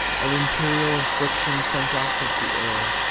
an imperial affliction sent us of the air.